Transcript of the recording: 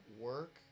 work